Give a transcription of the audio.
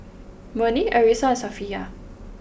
Murni Arissa and Safiya